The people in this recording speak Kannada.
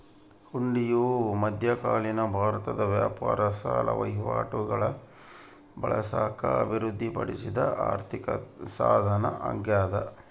ಹುಂಡಿಯು ಮಧ್ಯಕಾಲೀನ ಭಾರತದ ವ್ಯಾಪಾರ ಸಾಲ ವಹಿವಾಟುಗುಳಾಗ ಬಳಸಾಕ ಅಭಿವೃದ್ಧಿಪಡಿಸಿದ ಆರ್ಥಿಕಸಾಧನ ಅಗ್ಯಾದ